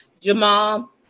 Jamal